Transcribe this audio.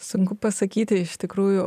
sunku pasakyti iš tikrųjų